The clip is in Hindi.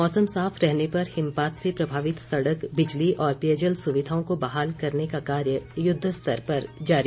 मौसम साफ रहने पर हिमपात से प्रभावित सड़क बिजली और पेयजल सुविधाओं को बहाल करने का कार्य युद्धस्तर पर जारी